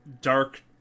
dark